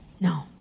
No